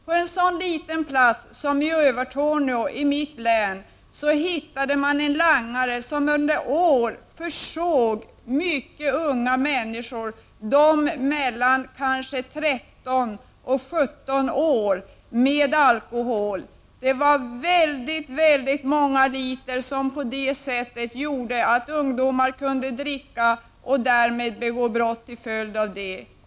På en så liten plats som Övertorneå, i mitt län, hittade man en langare som under år försåg mycket unga människor, mellan 13 och 17 år, med alkohol. Det var väldigt många liter som langades på det sättet; ungdomar kunde dricka och begå brott till följd därav.